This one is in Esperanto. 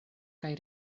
kaj